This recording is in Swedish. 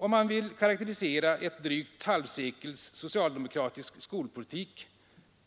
Om man vill karakterisera ett drygt halvsekels socialdemokratisk skolpolitik